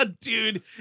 dude